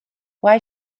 why